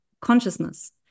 consciousness